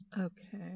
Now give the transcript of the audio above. Okay